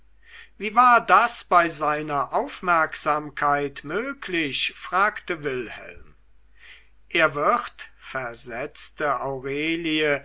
wie war das bei seiner aufmerksamkeit möglich fragte wilhelm er wird versetzte aurelie